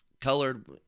colored